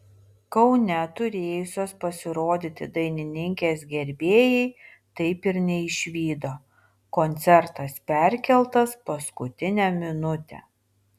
kaune turėjusios pasirodyti dainininkės gerbėjai taip ir neišvydo koncertas perkeltas paskutinę minutę